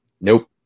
Nope